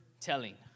telling